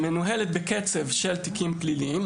שמנוהלת בקצב של תיקים פליליים,